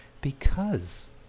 -"Because